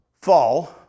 fall